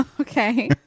Okay